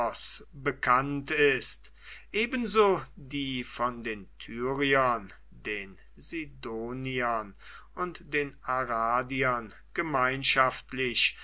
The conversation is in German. bekannt ist ebenso die von den tyriern den sidoniern und den aradiern gemeinschaftlich